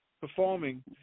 performing